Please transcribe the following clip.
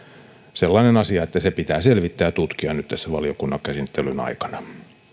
sellainen asia että se pitää selvittää ja tutkia nyt tässä valiokunnan käsittelyn aikana